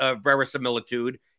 verisimilitude